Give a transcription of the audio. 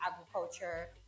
agriculture